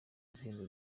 ibihembo